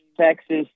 Texas